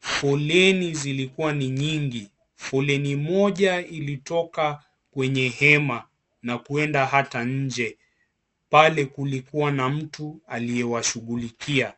foleni zilikua ni nyingi. Foleni moja ilitoka kwenye hema na kuenda ata nje, pale kulikua na mtu aliyewashugulikia.